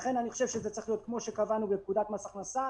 לכן אני חושב שזה צריך להיות כמו שקבענו בפקודת מס הכנסה,